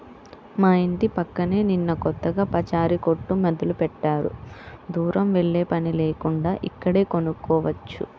మా యింటి పక్కనే నిన్న కొత్తగా పచారీ కొట్టు మొదలుబెట్టారు, దూరం వెల్లేపని లేకుండా ఇక్కడే కొనుక్కోవచ్చు